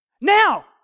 Now